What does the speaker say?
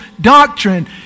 doctrine